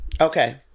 Okay